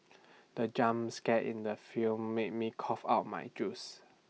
the in the film made me cough out my juice